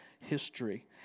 History